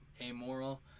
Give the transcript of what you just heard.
amoral